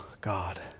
God